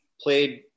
played